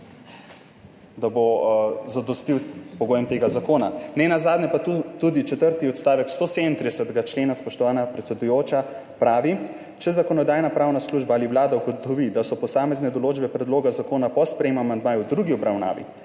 da bo zadostil pogojem tega zakona. Nenazadnje pa tu tudi četrti odstavek 137. člena, spoštovana predsedujoča, pravi: »Če zakonodajno-pravna služba ali vlada ugotovi, da so posamezne določbe predloga zakona po sprejemu amandmajev v drugi obravnavi